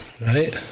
right